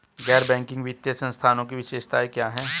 गैर बैंकिंग वित्तीय संस्थानों की विशेषताएं क्या हैं?